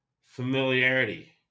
familiarity